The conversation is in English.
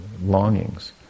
longings